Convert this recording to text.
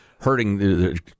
hurting